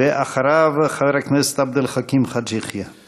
אחריו, חבר הכנסת עבד אל חכים חאג' יחיא.